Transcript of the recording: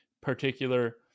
particular